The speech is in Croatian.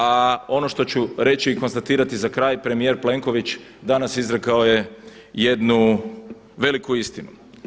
A ono što ću reći i konstatirati za kraj premijer Plenković danas izrekao je jednu veliku istinu.